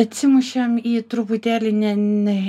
atsimušėm į truputėlį ne ne